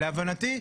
להבנתי,